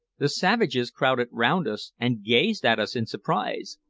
the savages crowded round us and gazed at us in surprise,